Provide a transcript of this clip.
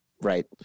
Right